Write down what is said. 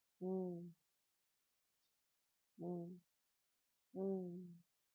mm mm mm